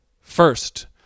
First